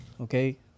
Okay